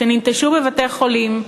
שננטשו בבתי-חולים,